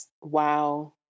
Wow